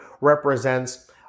represents